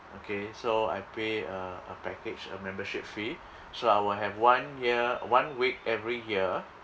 okay so I pay a a package a membership fee so I will have one year one week every year